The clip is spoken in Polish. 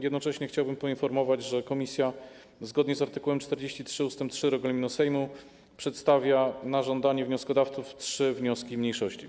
Jednocześnie chciałbym poinformować, że komisja, zgodnie z art. 43 ust. 3 regulaminu Sejmu, przedstawia na żądanie wnioskodawców trzy wnioski mniejszości.